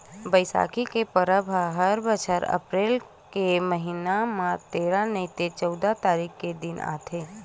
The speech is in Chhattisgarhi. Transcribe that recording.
बइसाखी के परब ह हर बछर अपरेल के महिना म तेरा नइ ते चउदा तारीख के दिन आथे